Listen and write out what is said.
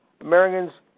Americans